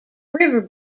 river